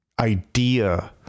idea